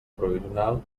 provisional